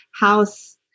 house